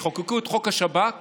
כשחוקקו את חוק השב"כ